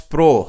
Pro